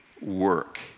work